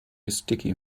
sticky